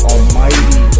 Almighty